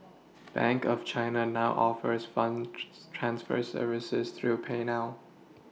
bank of China now offers funds transfer services through payNow